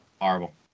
Horrible